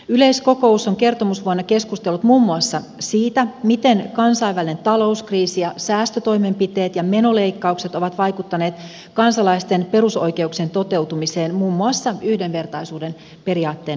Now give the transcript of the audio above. yleiskokous on kertomusvuonna keskustellut muun muassa siitä miten kansainvälinen talouskriisi ja säästötoimenpiteet ja menoleikkaukset ovat vaikuttaneet kansalaisten perusoikeuksien toteutumiseen muun muassa yhdenvertaisuuden periaatteen näkökulmasta